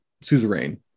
Suzerain